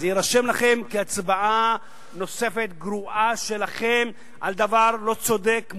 זה יירשם לכם כהצבעה נוספת גרועה שלכם על דבר לא צודק,